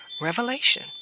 revelation